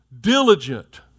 diligent